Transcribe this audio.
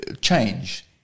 change